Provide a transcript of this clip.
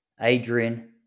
Adrian